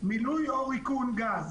מילוי או ריקון גז.